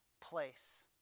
place